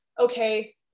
okay